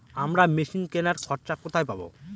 আমরা মেশিন কেনার খরচা কোথায় পাবো?